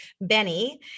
benny